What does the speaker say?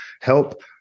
help